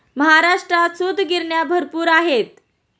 महाराष्ट्रात सूतगिरण्या भरपूर आहेत